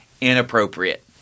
inappropriate